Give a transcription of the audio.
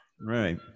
Right